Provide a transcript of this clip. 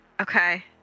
Okay